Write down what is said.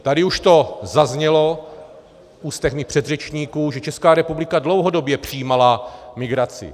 Tady už to zaznělo z úst mých předřečníků, že Česká republika dlouhodobě přijímala migraci.